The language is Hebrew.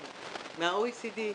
מה-OECD,